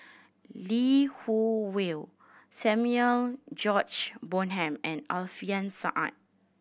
Lee Wung Yew Samuel George Bonham and Alfian Sa'at